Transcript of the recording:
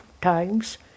times